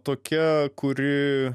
tokia kuri